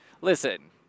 Listen